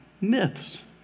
myths